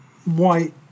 White